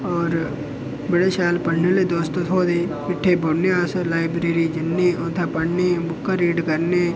होर बड़े शैल पढ़ने आह्ले दोस्त थ्होए दे हे किट्ठे बौह्न्ने अस लाइब्रेरी जन्ने उत्थै पढ़ने बुक्कां रीड़ करने